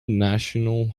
national